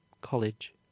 College